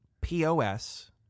POS